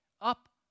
up